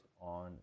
on